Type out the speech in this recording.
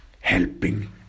helping